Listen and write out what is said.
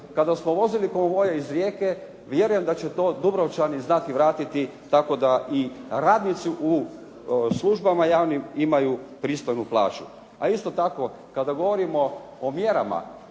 kada smo vozili konvoje iz Rijeke, vjerujem da će to Dubrovčani znati vratiti tako da i radnici u službama javnim imaju pristojnu plaću. A isto tako kada govorimo o mjerama,